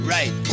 Right